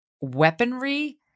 weaponry